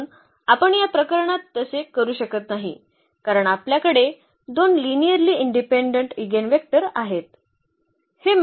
म्हणून आपण या प्रकरणात तसे करू शकत नाही कारण आपल्याकडे 2 लिनिअर्ली इंडिपेंडंट इगेनवेक्टर आहेत